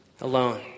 alone